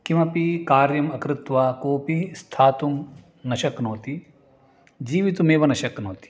किमपि कार्यम् अकृत्वा कोपि स्थातुं न शक्नोति जीवितुमेव न शक्नोति